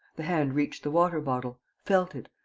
the hand reached the water-bottle, felt it,